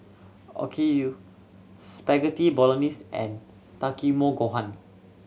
Okayu Spaghetti Bolognese and Takikomi Gohan